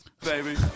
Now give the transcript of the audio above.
baby